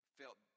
felt